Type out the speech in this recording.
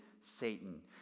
Satan